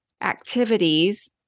activities